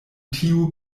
tiu